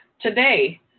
Today